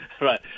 right